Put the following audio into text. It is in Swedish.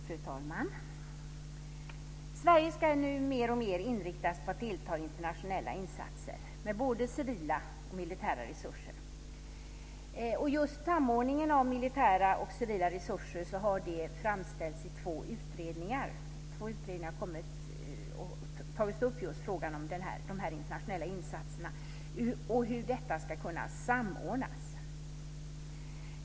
Fru talman! Sverige ska nu mer och mer inriktas på att delta i internationella insatser med både civila och militära resurser. Frågan om samordning av militära och civila resurser har framställts i två utredningar. I två utredningar har man just tagit upp frågan om de internationella insatserna och hur detta ska kunna samordnas.